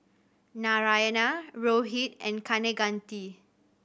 Narayana Rohit and Kaneganti